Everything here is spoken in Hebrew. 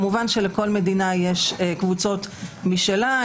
כמובן לכל מדינה יש קבוצות משלה.